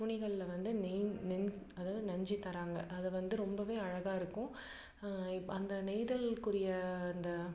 துணிகளில் வந்து நெய் நென் அதாவது நெஞ்சு தராங்க அது வந்து ரொம்பவே அழகாக இருக்கும் இப் அந்த நெய்தலுக்குரிய அந்த